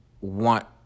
want